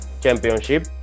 championship